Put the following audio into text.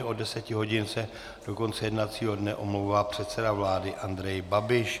Od 10 hodin se do konce jednacího dne omlouvá předseda vlády Andrej Babiš.